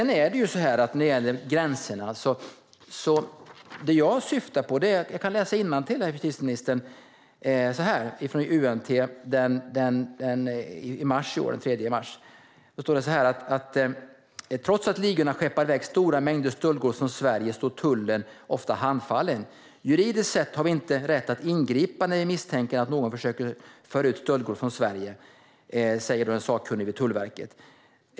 När det gäller gränserna syftade jag på något som stod i UNT den 3 mars i år: "Trots att ligorna skeppar iväg stora mängder stöldgods från Sverige står Tullen ofta handfallen. - Juridiskt sett har vi inte rätt att ingripa när vi misstänker att någon försöker föra ut stöldgods från Sverige, uppger Jonas Karlsson, sakkunnig vid Tullverket.